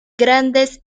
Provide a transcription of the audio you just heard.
grandes